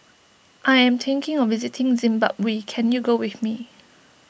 I am thinking of visiting Zimbabwe can you go with me